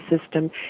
system